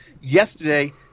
yesterday